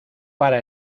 para